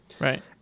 Right